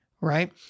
right